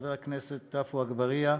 חבר הכנסת עפו אגבאריה,